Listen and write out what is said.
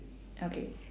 okay